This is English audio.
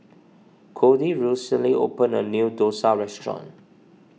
Kody recently opened a new Dosa restaurant